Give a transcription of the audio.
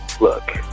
Look